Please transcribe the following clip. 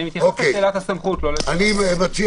ואז התקנה